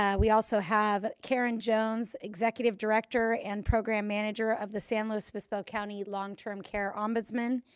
ah we also have karen jones, executive director and program manager of the san luis obispo county long term care ombudsman,